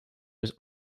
was